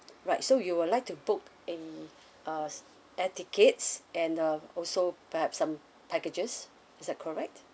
right so you would like to book a uh air tickets and uh also perhaps some packages is that correct